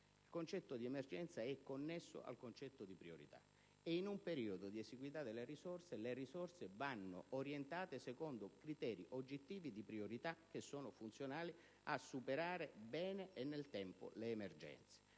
Il concetto di emergenza è connesso al concetto di priorità e in un periodo di esiguità di risorse queste ultime vanno orientate secondo criteri oggettivi di priorità che sono funzionali a superare bene e in tempo le emergenze.